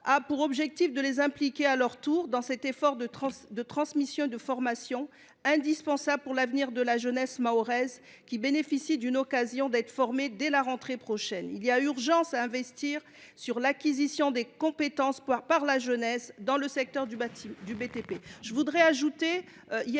amendement tend à les impliquer à leur tour dans cet effort de transmission et de formation, indispensable pour l’avenir de la jeunesse mahoraise, qui bénéficie d’une occasion d’être formée dès la rentrée prochaine. Il y a urgence à investir dans l’acquisition de compétences par la jeunesse, dans le secteur du BTP.